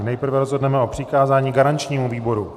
Nejprve rozhodneme o přikázání garančnímu výboru.